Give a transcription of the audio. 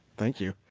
thank you.